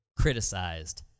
criticized